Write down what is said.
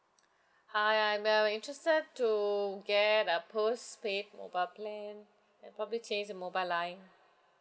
hi I'm now interested to get a postpaid mobile plan and probably change the mobile line